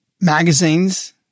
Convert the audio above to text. magazines